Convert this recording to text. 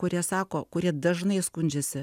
kurie sako kurie dažnai skundžiasi